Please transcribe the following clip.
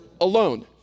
alone